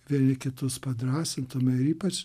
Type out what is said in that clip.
vieni kitus padrąsintume ir ypač